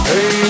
Hey